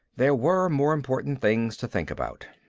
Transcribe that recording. there were more important things to think about.